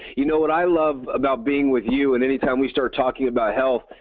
you know what i love about being with you and anytime we start talking about health.